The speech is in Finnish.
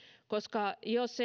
jos